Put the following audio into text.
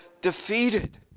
defeated